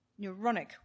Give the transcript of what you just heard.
Neuronic